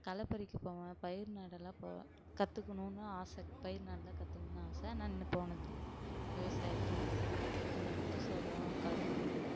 களைப்பறிக்க போவேன் பயிர் நடலாம் போவேன் கத்துக்கணுனு ஆசை பயிர் நடலாம் கத்துக்கணுனு ஆசை நான் இன்னும் போனதில்லை விவசாயத்தில் வந்து இந்த முத்துச்சோளம் கரும்பு